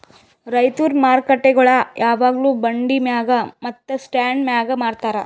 ರೈತುರ್ ಮಾರುಕಟ್ಟೆಗೊಳ್ ಯಾವಾಗ್ಲೂ ಬಂಡಿ ಮ್ಯಾಗ್ ಮತ್ತ ಸ್ಟಾಂಡ್ ಮ್ಯಾಗ್ ಮಾರತಾರ್